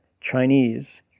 Chinese